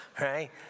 right